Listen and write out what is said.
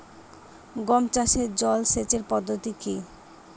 গম চাষে জল সেচের সহজ পদ্ধতি কি?